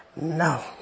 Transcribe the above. No